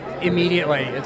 immediately